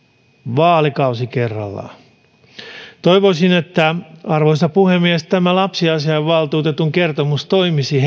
vaalikausi kerrallaan toivoisin arvoisa puhemies että tämä lapsiasiainvaltuutetun kertomus toimisi